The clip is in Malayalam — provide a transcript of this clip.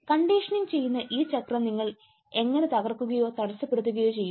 കണ്ടീഷനിംഗ് ചെയ്യുന്ന ഈ ചക്രം നിങ്ങൾ എങ്ങനെ തകർക്കുകയോ തടസ്സപ്പെടുത്തുകയോ ചെയ്യും